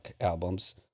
albums